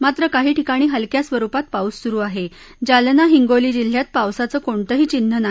मात्र काही ठिकाणी हलक्या स्वरुपात पाऊस सुरु आहा आलना हिंगोली जिल्ह्यात पावसाचं कोणतंही चीन्ह नाही